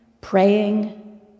praying